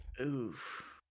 Oof